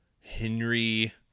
Henry